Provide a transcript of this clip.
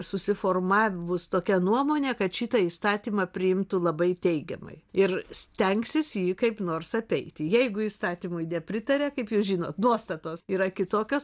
susiformavusi tokia nuomonė kad šitą įstatymą priimtų labai teigiamai ir stengsis jį kaip nors apeiti jeigu įstatymui nepritaria kaip jūs žinot nuostatos yra kitokios